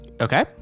Okay